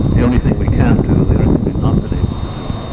the only thing we can't do, the only thing we've not been able to do,